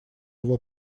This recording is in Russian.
его